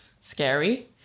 scary